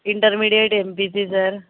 intermediate MPC sir